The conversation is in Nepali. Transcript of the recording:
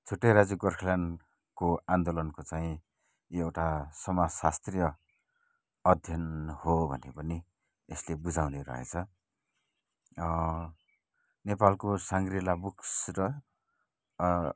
छुट्टै राज्य गोर्खाल्यान्डको आन्दोलनको चाहिँ यो एउटा समाजशास्त्रीय अध्ययन हो भने पनि यसले बुझाउने रहेछ नेपालको साङ्ग्रिला बुक्स र